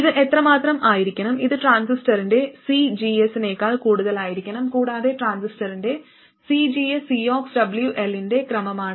ഇത് എത്രമാത്രം ആയിരിക്കണം ഇത് ട്രാൻസിസ്റ്ററിന്റെ cgs നേക്കാൾ കൂടുതലായിരിക്കണം കൂടാതെ ട്രാൻസിസ്റ്ററിന്റെ cgs CoxWL ന്റെ ക്രമമാണ്